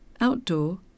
Outdoor